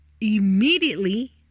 immediately